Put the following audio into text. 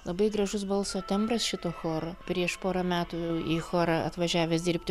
labai gražus balso tembras šito choro prieš pora metų į chorą atvažiavęs dirbti